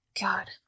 God